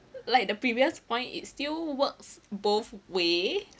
like the previous point it still works both way